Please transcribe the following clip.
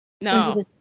No